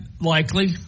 likely